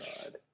God